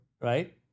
Right